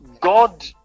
god